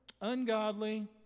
ungodly